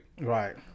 Right